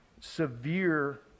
severe